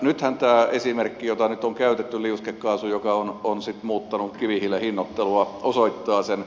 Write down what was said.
nythän tämä esimerkki jota nyt on käytetty liuskekaasu joka on muuttanut kivihiilen hinnoittelua osoittaa sen